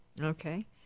Okay